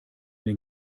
den